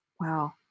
Wow